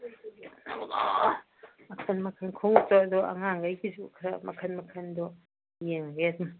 ꯃꯈꯟ ꯃꯈꯟ ꯈꯣꯡꯎꯞꯇꯁꯨ ꯑꯉꯥꯡꯉꯩꯒꯤꯁꯨ ꯈꯔ ꯃꯈꯟ ꯃꯈꯟꯗꯣ ꯌꯦꯡꯒꯦ ꯁꯨꯝ